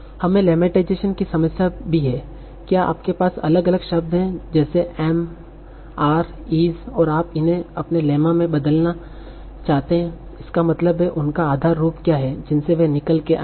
हमें लेमटाइजेशन की समस्या भी है क्या आपके पास अलग अलग शब्द हैं जैसे am are is और आप उन्हें अपने लेम्मा में बदलना चाहते हैं इसका मतलब है उनका आधार रूप क्या हैं जिनसे वे निकाले के आये हैं